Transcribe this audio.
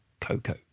Coco